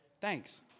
Thanks